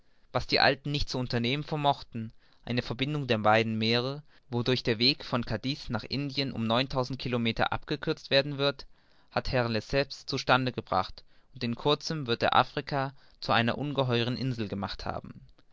was die alten nicht zu unternehmen vermochten eine verbindung der beiden meere wodurch der weg von cadix nach indien um neuntausend kilometer abgekürzt werden wird hat herr lesseps zu stande gebracht und in kurzem wird er afrika zu einer ungeheuren insel gemacht haben